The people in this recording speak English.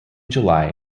july